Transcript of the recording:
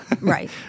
Right